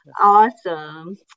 Awesome